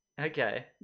Okay